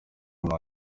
muntu